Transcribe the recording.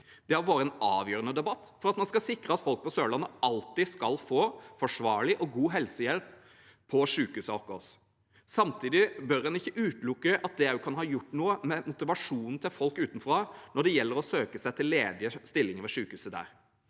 Det har vært en avgjørende debatt for at man skal sikre at folk på Sørlandet alltid skal få forsvarlig og god helsehjelp på sykehusene våre. Samtidig bør man ikke utelukke at det også kan ha gjort noe med motivasjonen til folk utenfra når det gjelder å søke seg til ledige stillinger ved sykehuset der.